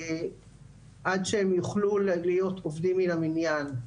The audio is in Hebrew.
עד שהם יוכלו להיות עובדים מן המניין.